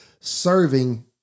serving